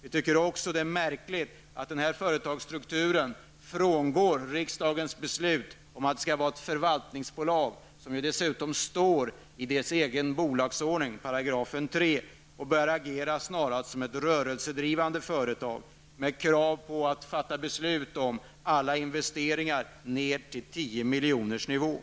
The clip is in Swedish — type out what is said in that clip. Vi tycker också att det är märkligt att denna företagsstruktur frångår riksdagens beslut om att man skall vara ett förvaltningsbolag, vilket dessutom står i den egna bolagsordningen, 3 §, och snarast bör agera som ett rörelsedrivande företag med krav på att fatta beslut om alla investeringar ned till 10 miljoners nivå.